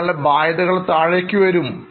നിങ്ങളുടെ ബാധ്യതകൾ താഴേക്കു വരും